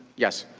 yes.